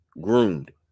groomed